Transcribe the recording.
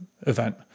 event